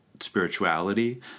spirituality